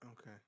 okay